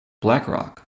BlackRock